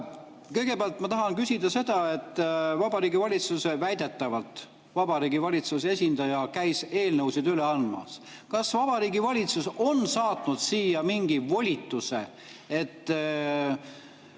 Kõigepealt ma tahan küsida seda, et Vabariigi Valitsuse väidetav esindaja käis eelnõusid üle andmas. Kas Vabariigi Valitsus on saatnud siia mingi volituse, et